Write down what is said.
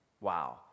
Wow